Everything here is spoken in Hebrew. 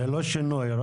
שינוי.